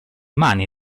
mani